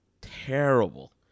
terrible